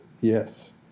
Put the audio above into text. Yes